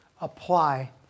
apply